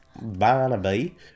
Barnaby